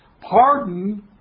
Pardon